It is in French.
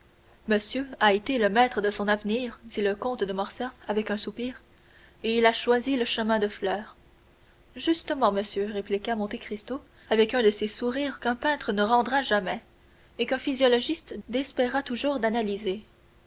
monsieur a été le maître de son avenir dit le comte de morcerf avec un soupir et il a choisi le chemin de fleurs justement monsieur répliqua monte cristo avec un de ces sourires qu'un peintre ne rendra jamais et qu'un physiologiste désespéra toujours d'analyser